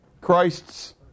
Christ's